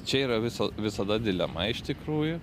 čia yra visa visada dilema iš tikrųjų